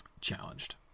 challenged